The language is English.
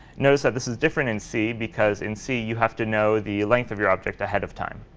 notice that this is different in c because in c you have to know the length of your object ahead of time.